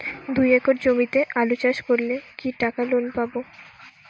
দুই একর জমিতে আলু চাষ করলে কি টাকা লোন পাবো?